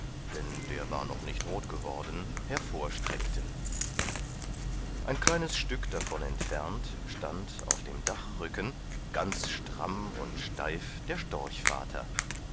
denn der war noch nicht rot geworden hervorstreckten ein kleines stück davon entfernt stand auf dem dachrücken ganz stramm und steif der storchvater